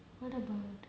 what about